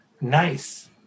Nice